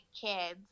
kids